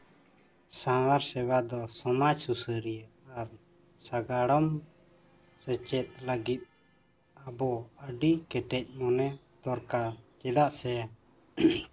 ᱥᱟᱶᱟᱨ ᱥᱮᱵᱟ ᱫᱚ ᱥᱚᱢᱟᱡᱽ ᱥᱩᱥᱟᱹᱨᱤᱭᱟᱹ ᱟᱨ ᱥᱟᱜᱟᱲᱚᱢ ᱥᱮᱪᱮᱫ ᱞᱟᱹᱜᱤᱫ ᱟᱵᱚ ᱟᱹᱰᱤ ᱠᱮᱴᱮᱡ ᱢᱚᱱᱮ ᱫᱚᱨᱠᱟᱨ ᱪᱮᱫᱟᱜ ᱥᱮ